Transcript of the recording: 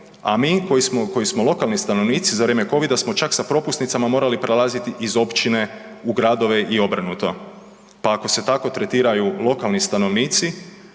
a mi koji smo lokalni stanovnici za vrijeme Covida smo čak sa propusnicama morali prelaziti iz općine u gradove i obrnuto. Pa ako se tako tretiraju lokali stanovnici,